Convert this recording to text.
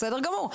בסדר גמור.